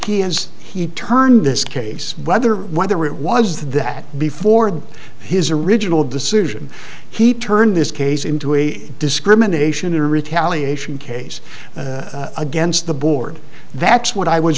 here as he turned this case whether whether it was that before his original decision he turned this case into a discrimination in retaliation case against the board that's what i was